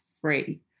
free